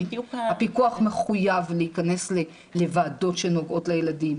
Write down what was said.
הפיקוח מחויב להכנס לוועדות שנוגעות לילדים,